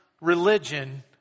religion